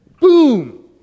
boom